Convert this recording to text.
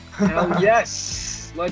Yes